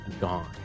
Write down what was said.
gone